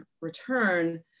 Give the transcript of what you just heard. return